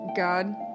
God